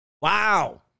Wow